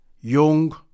young